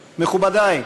מכובדי,